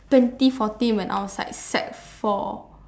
twenty fourteen when I was like sec four